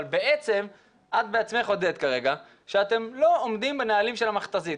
אבל בעצם את בעצמך הודית כרגע שאתם לא עומדים בנהלים של המכת"זית.